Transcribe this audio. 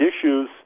issues